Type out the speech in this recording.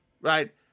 Right